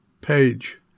page